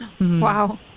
Wow